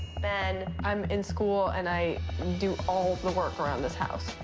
ben, i'm in school, and i do all the work around this house.